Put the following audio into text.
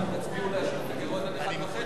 אתם תצביעו להשאיר את הגירעון על 1.5,